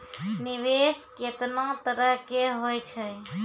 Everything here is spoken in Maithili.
निवेश केतना तरह के होय छै?